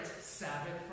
Sabbath